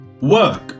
work